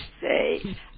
say